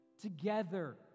Together